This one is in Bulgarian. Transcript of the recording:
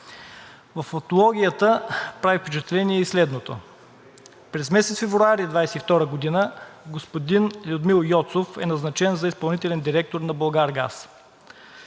Във фактологията прави впечатление и следното. През месец февруари 2022 г. господин Людмил Йоцов е назначен за изпълнителен директор на „Булгаргаз“.